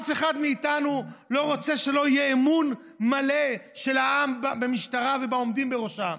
אף אחד מאיתנו לא רוצה שלא יהיה אמון מלא של העם במשטרה והעומדים בראשה.